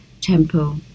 Tempo